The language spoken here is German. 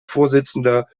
vorsitzender